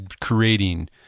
creating